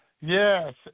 Yes